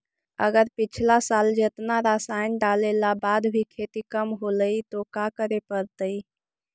अगर पिछला साल जेतना रासायन डालेला बाद भी खेती कम होलइ तो का करे पड़तई?